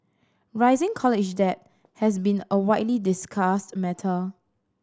rising college debt has been a widely discussed matter